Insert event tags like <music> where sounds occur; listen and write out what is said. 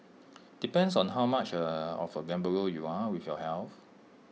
depends on how much <hesitation> of A gambler you are with your health